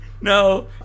No